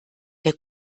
der